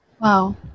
Wow